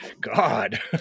God